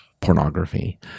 pornography